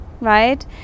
right